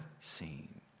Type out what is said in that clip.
seen